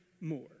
more